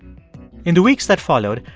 in the weeks that followed,